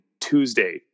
Tuesday